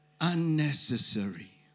unnecessary